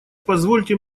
позвольте